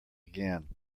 again